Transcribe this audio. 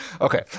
Okay